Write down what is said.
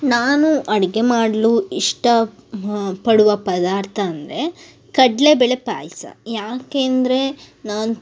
ನಾನು ಅಡುಗೆ ಮಾಡಲು ಇಷ್ಟ ಪಡುವ ಪದಾರ್ಥ ಅಂದರೆ ಕಡ್ಲೆಬೇಳೆ ಪಾಯಸ ಯಾಕಂದ್ರೆ ನಾನು